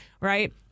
right